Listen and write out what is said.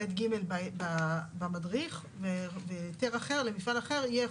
ב' ג' במדריך והיתר אחר למפעל אחר יהיה,